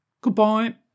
Goodbye